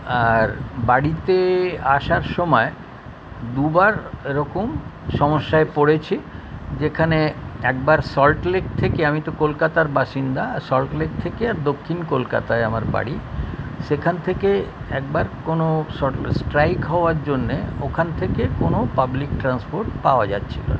আর বাড়িতে আসার সমায় দুবার এরকম সমস্যায় পড়েছি যেখানে একবার সল্টলেক থেকে আমি তো কলকাতার বাসিন্দা সল্টলেক থেকে দক্ষিণ কলকাতায় আমার বাড়ি সেখান থেকে একবার কোনো শট স্ট্রাইক হওয়ার জন্যে ওখান থেকে কোনো পাবলিক ট্রান্সপোর্ট পাওয়া যাচ্ছিলো না